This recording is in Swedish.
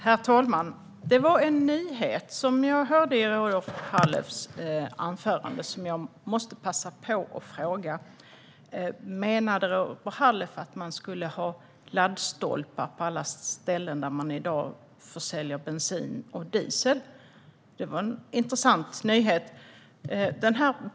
Herr talman! Det var en nyhet jag hörde i Robert Halefs anförande som jag måste passa på att fråga om. Menade Robert Halef att man skulle ha laddstolpar på alla ställen där man i dag försäljer bensin och diesel? Det var i så fall en intressant nyhet.